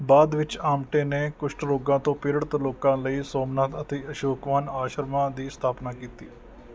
ਬਾਅਦ ਵਿੱਚ ਆਮਟੇ ਨੇ ਕੁਸ਼ਟ ਰੋਗਾਂ ਤੋਂ ਪੀੜਤ ਲੋਕਾਂ ਲਈ ਸੋਮਨਾਥ ਅਤੇ ਅਸ਼ੋਕਵਾਨ ਆਸ਼ਰਮਾਂ ਦੀ ਸਥਾਪਨਾ ਕੀਤੀ